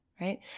right